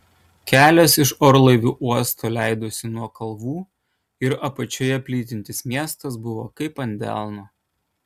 kelias iš orlaivių uosto leidosi nuo kalvų ir apačioje plytintis miestas buvo kaip ant delno